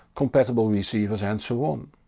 compatible receivers and so on.